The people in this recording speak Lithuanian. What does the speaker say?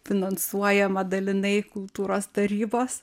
finansuojamą dalinai kultūros tarybos